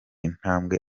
intambwe